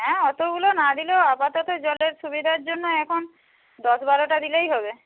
হ্যাঁ অতোগুলো না দিলেও আপাতত জলের সুবিধার জন্য এখন দশ বারোটা দিলেই হবে